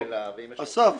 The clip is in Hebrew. אסף,